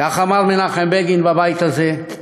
כך אמר מנחם בגין בבית הזה: